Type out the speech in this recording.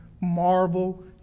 marvel